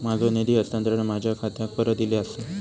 माझो निधी हस्तांतरण माझ्या खात्याक परत इले आसा